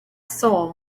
soul